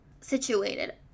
situated